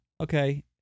Okay